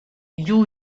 you